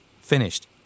Finished